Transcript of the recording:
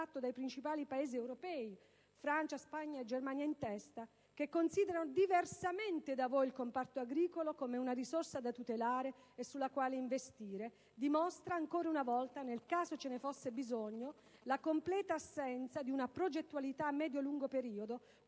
fatto dai principali Paesi europei - Francia, Spagna e Germania in testa - che considerano, diversamente da voi, il comparto agricolo come una risorsa da tutelare e sulla quale investire, dimostra ancora una volta, nel caso ve ne fosse bisogno, la completa assenza di una progettualità a medio-lungo periodo,